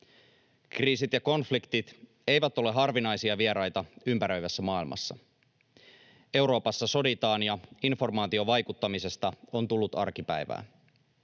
Kriisit ja konfliktit eivät ole harvinaisia vieraita ympäröivässä maailmassa. Euroopassa soditaan, ja informaatiovaikuttamisesta on tullut arkipäivää.